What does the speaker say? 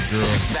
Girls